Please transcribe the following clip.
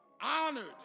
honored